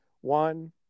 One